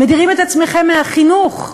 מדירים את עצמכם מהחינוך,